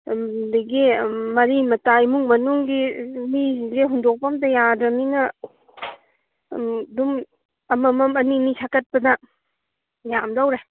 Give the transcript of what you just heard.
ꯑꯗꯒꯤ ꯃꯔꯤ ꯃꯇꯥ ꯏꯃꯨꯡ ꯃꯅꯨꯡꯒꯤ ꯃꯤꯁꯤꯡꯁꯦ ꯍꯨꯟꯗꯣꯛꯄ ꯑꯝꯇ ꯌꯥꯗ꯭ꯔꯝꯅꯤꯅ ꯑꯗꯨꯝ ꯑꯃꯃꯝ ꯑꯅꯤꯅꯤ ꯁꯠꯀꯠꯄꯗ ꯌꯥꯝꯗꯧꯔꯦ